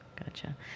Gotcha